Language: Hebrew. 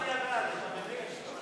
ואז היא לא תוכל להצביע בעד, אתה מבין?